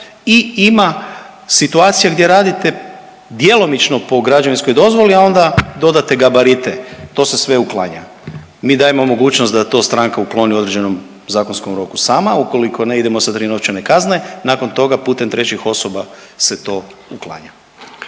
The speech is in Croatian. i ima situacija gdje radite djelomično po građevinskoj dozvoli, a onda dodate gabarite. To se sve uklanja. Mi dajemo mogućnost da to stranka ukloni u određenom zakonskom roku sama, ukoliko ne idemo sa 3 novčane kazne, nakon toga putem trećih osoba se to uklanja.